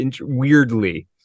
weirdly